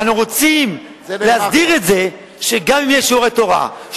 אנחנו רוצים להסדיר את זה שגם אם יש שיעורי תורה,